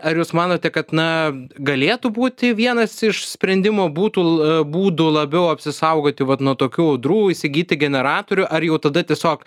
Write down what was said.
ar jūs manote kad na galėtų būti vienas iš sprendimo būtų būdų labiau apsisaugoti vat nuo tokių audrų įsigyti generatorių ar jau tada tiesiog